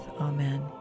Amen